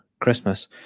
Christmas